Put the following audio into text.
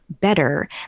better